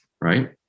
right